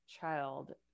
child